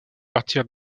partir